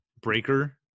breaker